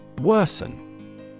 Worsen